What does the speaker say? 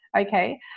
okay